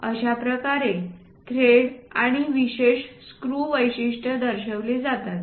अशा प्रकारे थ्रेड्स आणि विशेष स्क्रू वैशिष्ट्ये दर्शविली जातात